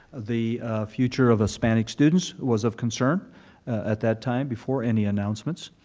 the future of hispanic students was of concern at that time, before any announcements,